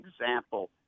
example